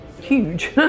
huge